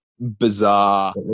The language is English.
Bizarre